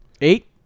Eight